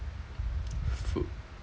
food